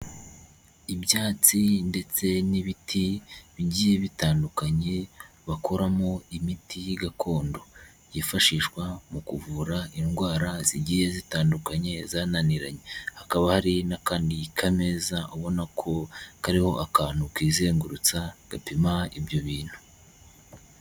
Ibyatsi ndetse n'ibiti bigiye bitandukanye, bakoramo imiti gakondo yifashishwa mu kuvura indwara zigiye zitandukanye zananiranye, hakaba hari n'akandi k'ameza, ubona ko kariho akantu kizengurutsa gapima ibyo bintu.